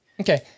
Okay